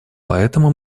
поэтому